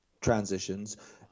transitions